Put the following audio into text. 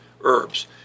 herbs